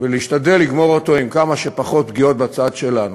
ולהשתדל לגמור אותו עם כמה שפחות פגיעות בצד שלנו.